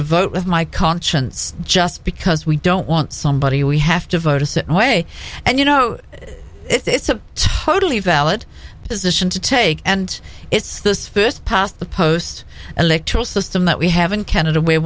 to vote with my conscience just because we don't want somebody we have to vote a certain way and you know it's a totally valid position to take and it's this first past the post electoral system that we have in canada where